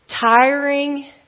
tiring